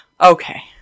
okay